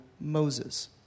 Moses